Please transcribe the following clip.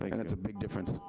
like and that's a big difference.